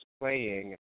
playing